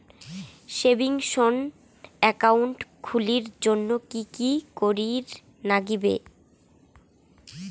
Savings account খুলির জন্যে কি কি করির নাগিবে?